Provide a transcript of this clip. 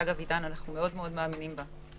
שאנו מאוד מאמינים בה-